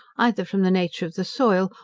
either from the nature of the soil,